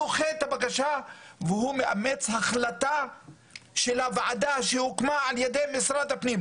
הוא דוחה את הבקשה והוא מאמץ החלטה של הוועדה שהוקמה על ידי משרד הפנים,